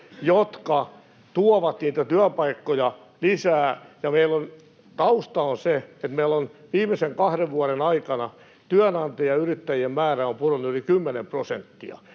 jotka tuovat niitä työpaikkoja lisää. Tausta on se, että meillä on viimeisen kahden vuoden aikana työnantajayrittäjien määrä pudonnut yli kymmenen prosenttia.